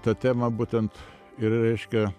ta tema būtent ir reiškia